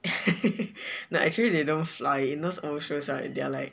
no actually they don't fly in those old shows right they are like